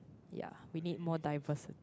ya we need more diverse